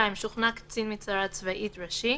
(2) שוכנע קצין משטרה צבאית ראשי,